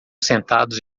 sentados